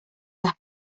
las